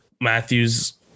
Matthews